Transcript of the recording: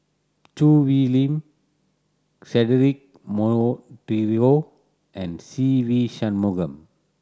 Choo Hwee Lim Cedric Monteiro and Se Ve Shanmugam